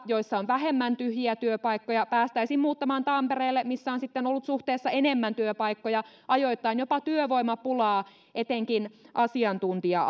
joilla on vähemmän tyhjiä työpaikkoja päästäisiin muuttamaan tampereelle missä on sitten ollut suhteessa enemmän työpaikkoja ajoittain jopa työvoimapulaa etenkin asiantuntija